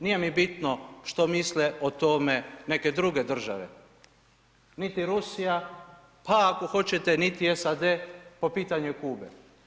Nije mi bitno što misle o tome neke druge države, niti Rusija, pa ako hoćete niti SAD po pitanju Kube.